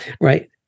right